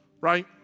Right